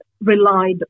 relied